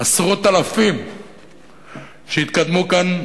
עשרות אלפים שיתקדמו כאן